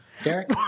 Derek